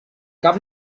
cap